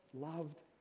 loved